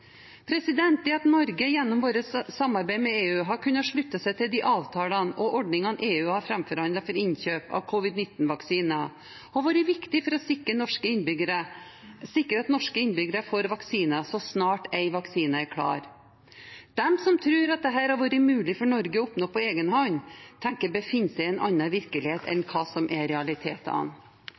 Det at Norge gjennom sitt samarbeid med EU har kunnet slutte seg til de avtalene og ordningene EU har framforhandlet for innkjøp av covid-19-vaksiner, har vært viktig for å sikre at norske innbyggere får vaksine så snart en vaksine er klar. De som tror at dette hadde vært mulig for Norge å oppnå på egen hånd, tenker jeg befinner seg i en annen virkelighet enn hva som er realitetene.